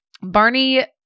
Barney